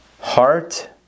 heart